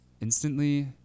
instantly